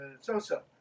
So-so